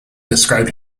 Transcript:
described